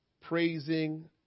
praising